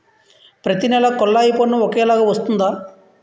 ప్రతి నెల కొల్లాయి పన్ను ఒకలాగే వస్తుందా?